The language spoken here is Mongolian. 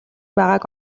байгааг